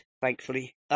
thankfully